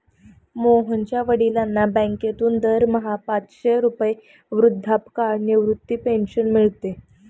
मोहनच्या वडिलांना बँकेतून दरमहा पाचशे रुपये वृद्धापकाळ निवृत्ती पेन्शन मिळते